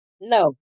no